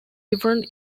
different